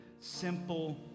simple